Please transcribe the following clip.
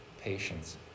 patience